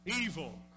evil